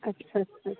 अच्छा अच्छा अच्छा